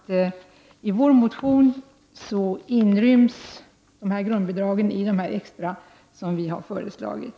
I vår motion inryms grundbidragen i de extra som vi har föreslagit.